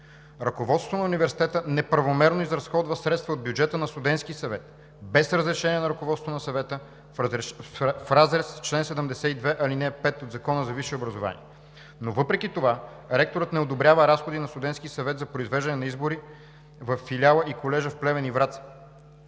Ръководството на Университета неправомерно изразходва средства от бюджета на Студентския съвет, без разрешение на ръководството на Съвета, в разрез с чл. 72, ал. 5 от Закона за висшето образование. Но въпреки това ректорът не одобрява разходи на Студентския съвет за произвеждане на избори във филиала и колежа в Плевен и Враца.